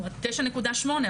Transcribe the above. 9.8,